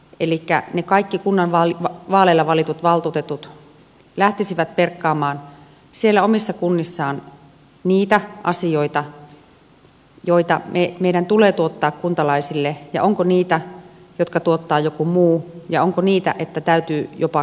elikkä kaikki kunnanvaaleilla valitut valtuutetut lähtisivät perkaamaan omassa kunnassaan niitä asioita joita meidän tulee tuottaa kuntalaisille ja onko niitä jotka tuottaa joku muu ja onko niitä että täytyy jopa karsia